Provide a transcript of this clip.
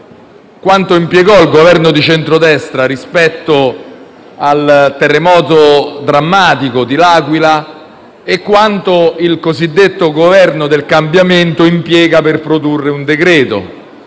quanto impiegò il Governo di centro-destra rispetto al drammatico terremoto dell'Aquila e quanto il cosiddetto Governo del cambiamento impiega per approvare un decreto-legge: